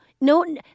No